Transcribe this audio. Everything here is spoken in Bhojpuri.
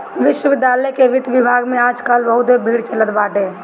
विश्वविद्यालय के वित्त विभाग में आज काल बहुते भीड़ चलत बाटे